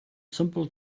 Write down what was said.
simple